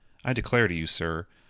i declare to you, sir,